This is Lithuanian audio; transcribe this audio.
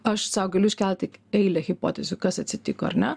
aš sau galiu iškelt tik eilę hipotezių kas atsitiko ar ne